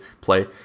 play